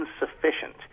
insufficient